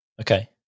Okay